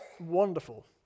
wonderful